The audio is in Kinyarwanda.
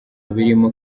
birimo